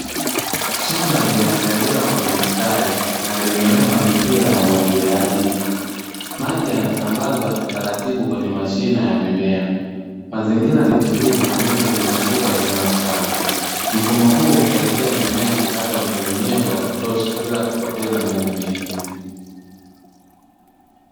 Shamba limeandaliwa kwa mistari na limewekwa mipira ya umwagiliaji. Maji yanasambaza taratibu kwenye mashine ya mimea. Mazingira ni tulivu na miti imezunguka eneo la shamba, mfumo huu husaidia mimea kupata unyevunyevu wa kutosha bila kupoteza maji mengi.